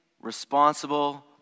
responsible